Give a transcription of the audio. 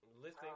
listen